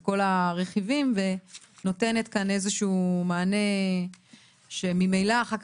את כל הרכיבים ונותנת כאן איזה שהוא מענה שממילא אחר